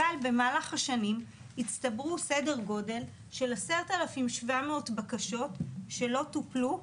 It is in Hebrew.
אבל במהלך השנים הצטברו סדר גודל של 10,700 בקשות שלא טופלו,